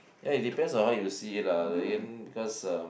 ya it depends on how you see it lah but then because uh